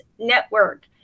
Network